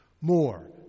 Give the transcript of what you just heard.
more